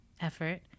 effort